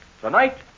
tonight